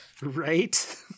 right